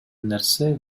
нерсе